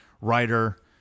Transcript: writer